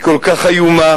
היא כל כך איומה.